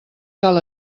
cal